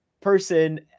person